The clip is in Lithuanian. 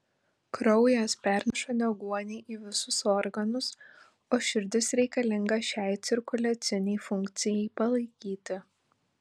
kraujas perneša deguonį į visus organus o širdis reikalinga šiai cirkuliacinei funkcijai palaikyti